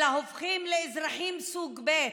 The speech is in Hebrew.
אלא הופכים לאזרחים סוג ב'